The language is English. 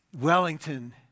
Wellington